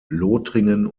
lothringen